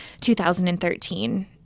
2013